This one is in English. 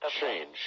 change